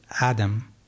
Adam